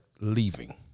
leaving